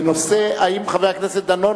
לא, חבר הכנסת טלב אלסאנע,